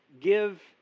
give